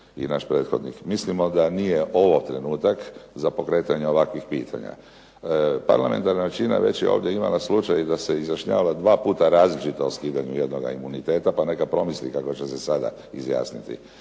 i naš prethodnik. Mislimo da nije ovo trenutak za pokretanje ovakvih pitanja. Parlamentarna većina već je ovdje imala slučaj da se izjašnjava dva puta različito o skidanju jednoga imuniteta pa neka promisli kako će se sada izjasniti.